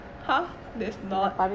that's not